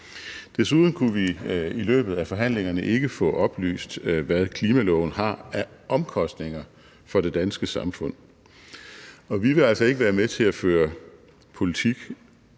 Desuden kunne vi i løbet af forhandlingerne ikke få oplyst, hvad klimaloven har af omkostninger for det danske samfund, og vi vil altså ikke være med til at føre politik